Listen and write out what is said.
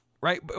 right